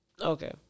Okay